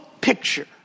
picture